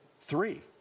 three